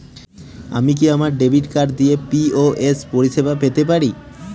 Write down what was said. আমি কি আমার ডেবিট কার্ড দিয়ে পি.ও.এস পরিষেবা পেতে পারি?